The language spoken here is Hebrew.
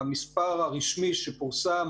המספר הרשמי שפורסם,